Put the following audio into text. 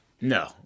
No